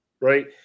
Right